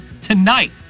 tonight